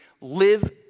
Live